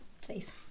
Please